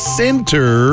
center